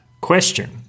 question